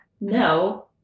No